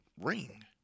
Ring